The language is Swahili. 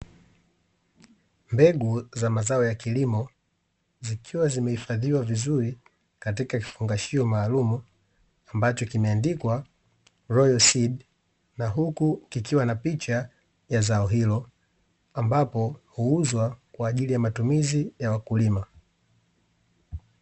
Mbegu za mazao ya kilimo zikiwa zimehifadhiwa vizuri katika kifungashio maalumu ambacho kimeandikwa "royal seed", na huku kikiwa na picha ya zao hilo ambapo huuzwa kwa ajili ya matumizi ya wakulima.